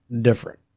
different